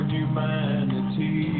humanity